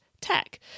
Tech